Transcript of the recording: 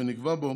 ונקבע בו